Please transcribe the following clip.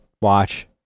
watch